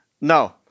No